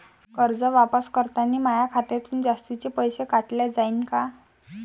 कर्ज वापस करतांनी माया खात्यातून जास्तीचे पैसे काटल्या जाईन का?